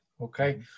okay